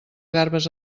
garbes